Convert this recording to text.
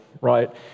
right